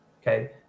okay